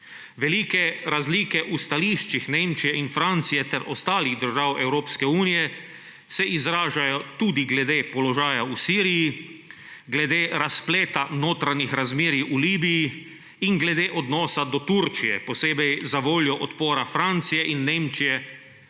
Velike razlike v stališčih Nemčije in Francije ter ostalih držav Evropske unije se izražajo tudi glede položaja v Siriji, glede razpleta notranjih razmerij v Libiji in glede odnosa do Turčije, posebej zavoljo odpora Francije in Nemčije za